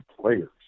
players